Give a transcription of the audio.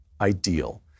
ideal